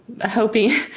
hoping